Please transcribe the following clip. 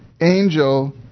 angel